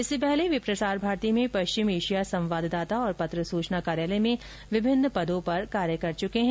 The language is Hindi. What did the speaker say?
इसके पहले वे प्रसार भारती में पश्चिम एशिया संवाददाता और पत्र सूचना कार्यालय में विभिन्न पदों पर कार्य कर चुके हैं